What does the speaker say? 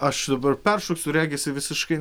aš dabar peršoksiu regis į visiškai